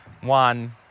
one